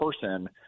person